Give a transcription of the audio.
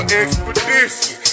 expedition